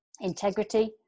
integrity